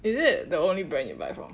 is it the only brand you buy from